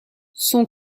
son